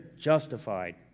justified